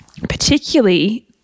particularly